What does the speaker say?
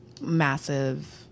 massive